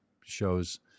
shows